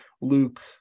luke